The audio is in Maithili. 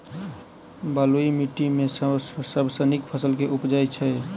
बलुई माटि मे सबसँ नीक फसल केँ उबजई छै?